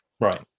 Right